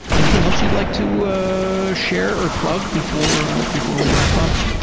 anything else you'd like to ah ah share or plug before before we wrap up?